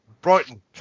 Brighton